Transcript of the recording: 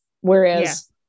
Whereas